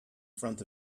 front